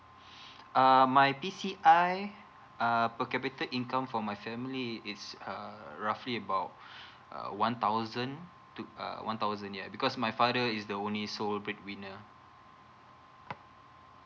uh my P_C_I uh per capita income for my family is err roughly about uh one thousand two uh one thousand yeah because my father is the only sole breadwinner